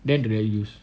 then they'll use